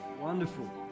Wonderful